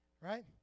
right